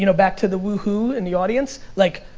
you know back to the woo-hoo in the audience. like,